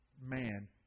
man